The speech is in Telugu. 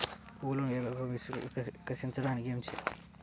పువ్వులను వేగంగా వికసింపచేయటానికి ఏమి చేయాలి?